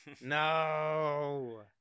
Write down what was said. no